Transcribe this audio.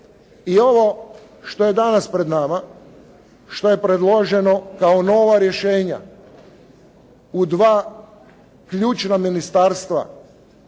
I ovo što je danas pred nama, što je predloženo kao nova rješenja. U dva ključna ministarstva